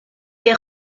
est